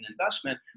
investment